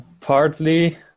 Partly